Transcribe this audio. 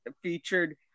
featured